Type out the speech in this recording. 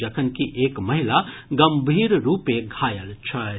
जखनकि एक महिला गम्भीर रूपे घायल छथि